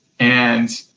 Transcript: and,